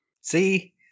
See